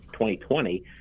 2020